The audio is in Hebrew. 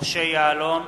משה יעלון,